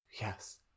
yes